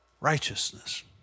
Righteousness